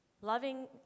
loving